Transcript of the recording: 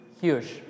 Huge